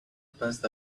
passed